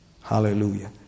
hallelujah